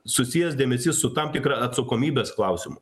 susijęs dėmesys su tam tikra atsakomybės klausimu